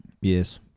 Yes